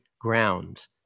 Grounds